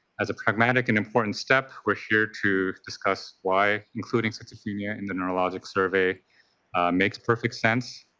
as a pragmatic and important step, we are here to discuss why including schizophrenia and the neurologic survey makes perfect sense,